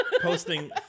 posting